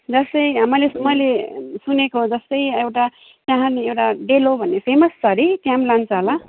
जस्तै मैले मैले सुनेको जस्तै एउटा कहानी एउटा डेलो भन्ने फेमस छ हरे त्यहाँ पनि लान्छ होला